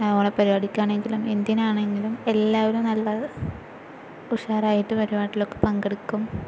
ഓണ പരിപാടിക്ക് ആണെങ്കിലും എന്തിനാണെങ്കിലും എല്ലാവരും നല്ല ഉഷാറായിട്ട് പരിപാടികളിൽ ഒക്കെ പങ്കെടുക്കും